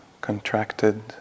contracted